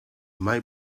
mai